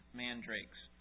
mandrakes